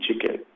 chicken